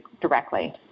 directly